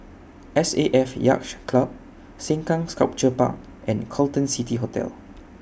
S A F Yacht Club Sengkang Sculpture Park and Carlton City Hotel